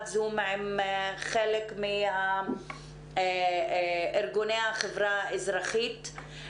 זום עם חלק מארגוני החברה האזרחית.